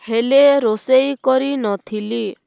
ହେଲେ ରୋଷେଇ କରିନଥିଲି